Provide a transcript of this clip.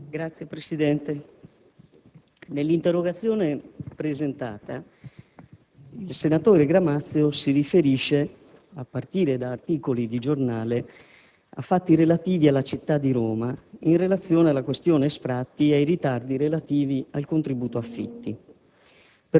Signor Presidente, nell'interrogazione presentata il senatore Gramazio si riferisce, a partire da articoli di giornale, a fatti relativi alla città di Roma in relazione alla questione sfratti e ai ritardi relativi al contributo affitti.